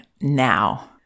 now